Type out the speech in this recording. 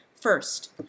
First